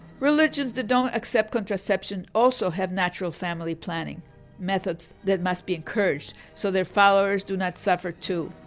religions that don't accept contraception also have natural family planning methods that must be encouraged. so their followers do not suffer too.